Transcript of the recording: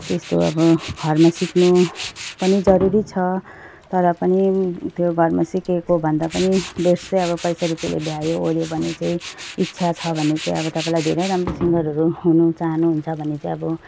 त्यस्तो अब घरमा सिक्नु पनि जरुरी छ तर पनि त्यो घरमा सिकेको भन्दा पनि बेस्ट चाहिँ अब पैसा रुपियाँले भ्यायो अर्यो भने चाहिँ इच्छा छ भने चाहिँ अब तपाईँलाई धेरै राम्रो सिङ्गरहरू हुनु चाहनु हुन्छ भने चाहिँ अब